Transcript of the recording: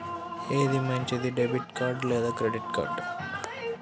ఏది మంచిది, debit card లేదా క్రెడిట్ కార్డ్?